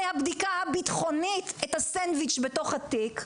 הבדיקה הביטחונית את הסנדוויץ' בתוך התיק,